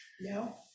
No